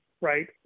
right